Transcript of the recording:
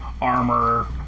armor